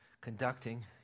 conducting